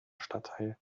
stadtteil